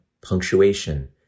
punctuation